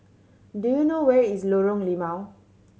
do you know where is Lorong Limau